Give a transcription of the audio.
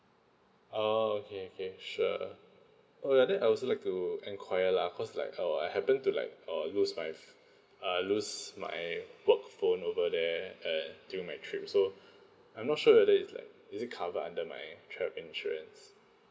oh okay okay sure oh like that I also like to enquiry lah cause like uh I happen to like err lose my ph~ uh lose my work phone over there err during my trip so I'm not sure that that is like is it cover under my travel insurance